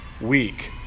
week